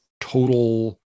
total